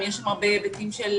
יש שם הרבה היבטים של